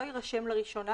לא יירשם לראשונה,